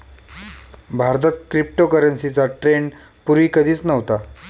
भारतात क्रिप्टोकरन्सीचा ट्रेंड पूर्वी कधीच नव्हता